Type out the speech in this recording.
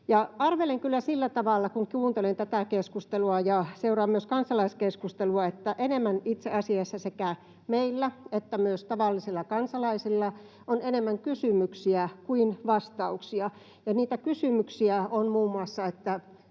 Arvelen kyllä sillä tavalla, kun kuuntelen tätä keskustelua ja seuraan myös kansalaiskeskustelua, että itse asiassa sekä meillä että myös tavallisilla kansalaisilla on enemmän kysymyksiä kuin vastauksia, ja niitä kysymyksiä on muun muassa